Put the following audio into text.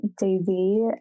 Daisy